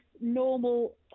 normal